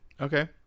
Okay